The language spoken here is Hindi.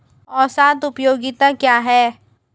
औसत उपयोगिता क्या है?